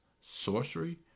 sorcery